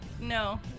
No